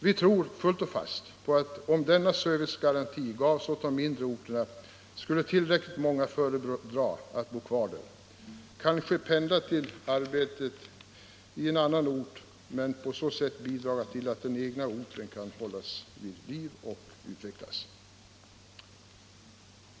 Vi tror fullt och fast på att om denna servicegaranti gavs åt de mindre orterna skulle tillräckligt många föredra att bo kvar där — kanske pendla till arbetet i en annan ort — och på så sätt bidraga till att den egna orten kan hållas vid liv och utvecklas.